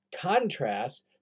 contrast